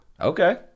Okay